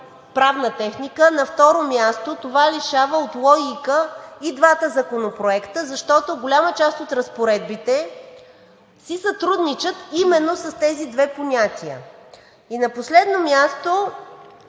правна техника. На второ място, това лишава от логика и двата законопроекта, защото голяма част от разпоредбите си сътрудничат именно с тези две понятия. На последно място: